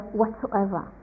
whatsoever